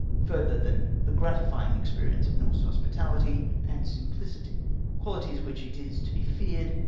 further than the gratifying experience of norse hospitahty and simphcity quahties which, it is to be feared,